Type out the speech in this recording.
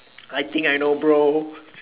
I think I know bro